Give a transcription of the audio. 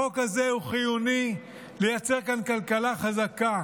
החוק הזה הוא חיוני כדי לייצר כאן כלכלה חזקה.